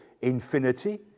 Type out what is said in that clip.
infinity